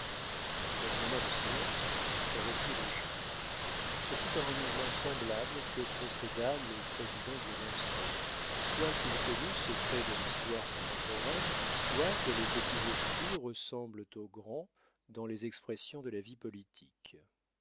après un moment de silence on reprit le jeu ce fut par un mouvement semblable que procéda le président du ronceret soit qu'il connût ce trait de l'histoire contemporaine soit que les petits esprits ressemblent aux grands dans les expressions de la vie politique